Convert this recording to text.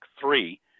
three